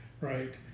right